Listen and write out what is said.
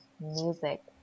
music